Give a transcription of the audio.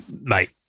Mate